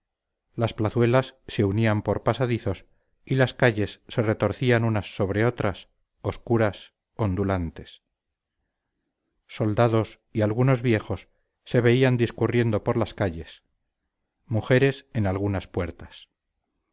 las plazuelas se unían por pasadizos y las calles se retorcían unas sobre otras obscuras ondulantes soldados y algunos viejos se veían discurriendo por las calles mujeres en algunas puertas